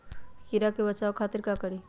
कीरा से बचाओ खातिर का करी?